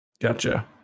Gotcha